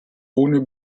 ohne